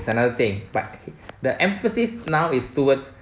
is another thing but the emphasis now is towards